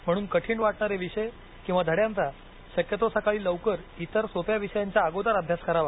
म्हणून कठीण वाटणारे विषय किंवा धड्यांचा शक्यतो सकाळी लवकर इतर सोप्या विषयांच्या अगोदर अभ्यास करावा